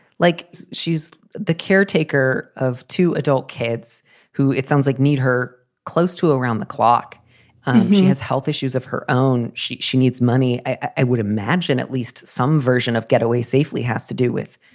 like she's the caretaker of two adult kids who, it sounds like meet her close to around the clock. she has health issues of her own. she she needs money. i would imagine at least some version of getaway safely has to do with.